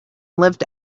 lived